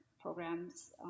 programs